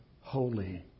holy